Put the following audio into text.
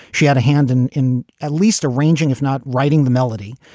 she had a hand and in at least arranging, if not writing the melody.